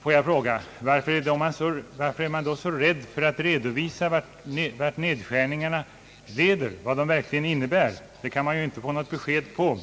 Får jag fråga: Varför är man då så rädd för att redovisa vad nedskärningarna verkligen innebär? Det har vi inte fått något besked om.